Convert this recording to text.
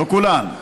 לא כולן,